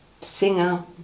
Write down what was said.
singer